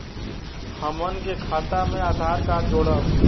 हमन के खाता मे आधार कार्ड जोड़ब?